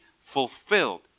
fulfilled